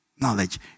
knowledge